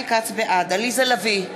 בעד עליזה לביא,